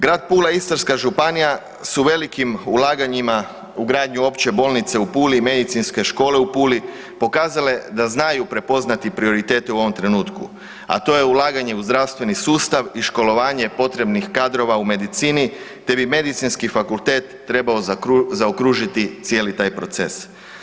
Grad Pula i Istarska županija su velikim ulaganjima u gradnju Opće bolnice u Puli i Medicinske škole u Puli pokazale da znaju prepoznati prioritete u ovom trenutku, a to je ulaganje u zdravstveni sustav i školovanje potrebnih kadrova u medici te bi medicinski fakultet trebao zaokružiti cijeli taj proces.